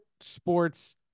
sports